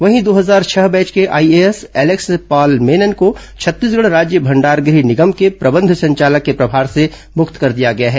वहीं दो हजार छह बैच के आईएएस एलेक्स पॉल मेनन को छत्तीसगढ़ राज्य भंडार गह निगम के प्रबंध संचालक के प्रभार से मुक्त कर दिया गया है